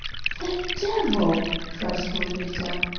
devil! cried count victor.